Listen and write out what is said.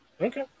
okay